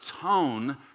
tone